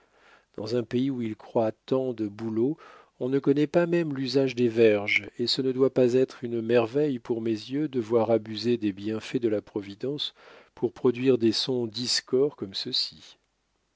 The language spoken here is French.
dans un pays où il croît tant de bouleaux on ne connaît pas même l'usage des verges et ce ne doit pas être une merveille pour mes yeux de voir abuser des bienfaits de la providence pour produire des sons discords comme ceux-ci